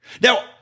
Now